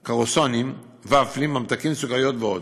קרואסונים, ופלים, ממתקים, סוכריות ועוד.